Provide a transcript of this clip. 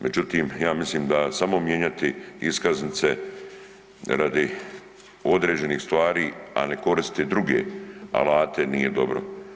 Međutim, ja mislim da samo mijenjati iskaznice radi određenih stvari, a ne koristiti druge alate nije dobro.